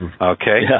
Okay